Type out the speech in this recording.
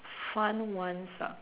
fun ones ah